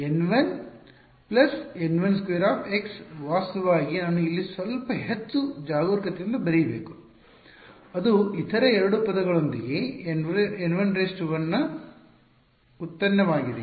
ಆದ್ದರಿಂದ W is N1 N12ವಾಸ್ತವವಾಗಿ ನಾನು ಇಲ್ಲಿ ಸ್ವಲ್ಪ ಹೆಚ್ಚು ಜಾಗರೂಕತೆಯಿಂದ ಬರೆಯಬೇಕು ಅದು ಇತರ ಎರಡು ಪದಗಳೊಂದಿಗೆ N 11 ನ ಉತ್ಪನ್ನವಾಗಿದೆ